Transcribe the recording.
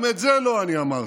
גם את זה לא אני אמרתי.